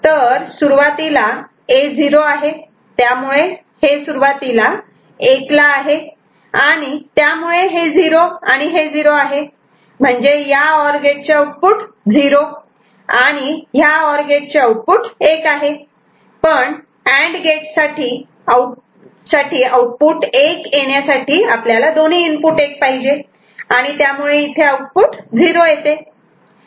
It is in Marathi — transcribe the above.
तर सुरुवातीला A '0' आहे त्यामुळे हे सुरुवातीला '1' ला आहे आणि त्यामुळे हे 0 आणि हे 0 आहे म्हणजे ह्या ओर गेटचे आउटपुट 0 आणि ह्या ओर गेटचे आउटपुट 1 आहे पण अँड गेट साठी आउटपुट 1 येण्यासाठी आपल्याला दोन्ही इनपुट 1 पाहिजे आणि त्यामुळे इथे आउटपुट 0 येते